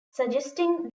suggesting